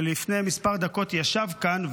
שלפני כמה דקות ישב כאן,